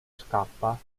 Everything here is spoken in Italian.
scappa